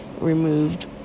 removed